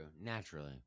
Naturally